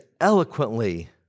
eloquently